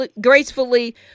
gracefully